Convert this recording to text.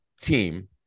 team –